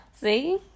See